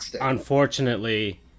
unfortunately